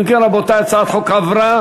אם כן, רבותי, הצעת החוק עברה,